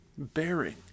bearing